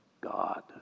God